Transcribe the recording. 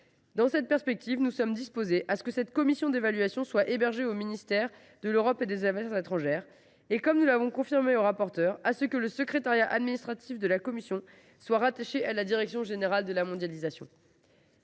Dans cette perspective, nous acceptons volontiers que cette commission d’évaluation soit hébergée au ministère de l’Europe et des affaires étrangères, et, comme nous l’avons confirmé à votre rapporteur, que le secrétariat administratif de la commission soit rattaché à la direction générale de la mondialisation,